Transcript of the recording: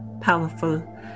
powerful